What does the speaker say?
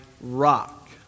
rock